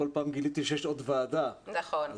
כל פעם גיליתי שיש עוד ועדה וצריך בסופו של דבר --- נכון,